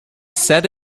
set